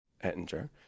Ettinger